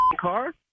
car